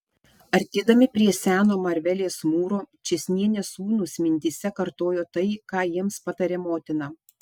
artėdami prie seno marvelės mūro čėsnienės sūnūs mintyse kartojo tai ką jiems patarė motina